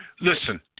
Listen